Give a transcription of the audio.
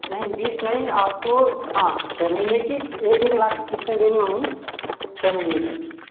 नहीं बीस नहीं आपको हाँ छः महीने की आपको एक एक लाख की क़िस्तें देनी होगी छः महीने तक